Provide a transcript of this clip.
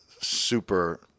super